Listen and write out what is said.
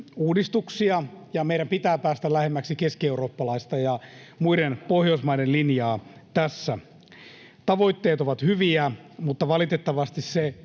uudistuksia ja meidän pitää päästä lähemmäksi keskieurooppalaista ja muiden Pohjoismaiden linjaa tässä. Tavoitteet ovat hyviä, mutta valitettavasti se